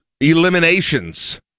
Eliminations